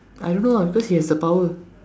I don't know ah cause he has the power